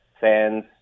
fans